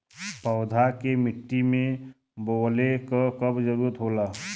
पौधा के मिट्टी में बोवले क कब जरूरत होला